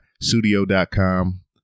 studio.com